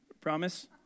Promise